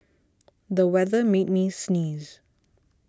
the weather made me sneeze